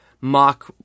mock